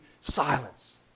silence